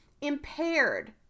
impaired